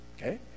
Okay